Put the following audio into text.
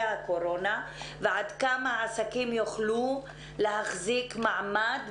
הקורונה ועד כמה עסקים יוכלו להחזיק מעמד,